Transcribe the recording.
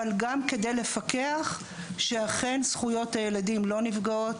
אבל גם כדי לפקח שאכן זכויות הילדים לא נפגעות.